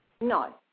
No